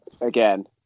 again